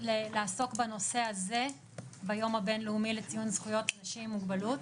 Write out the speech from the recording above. לעסוק בנושא הזה ביום הבינלאומי לציון זכויות אנשים עם מוגבלות.